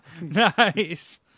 Nice